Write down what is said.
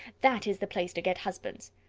that is the place to get husbands.